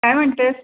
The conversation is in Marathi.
काय म्हणतेस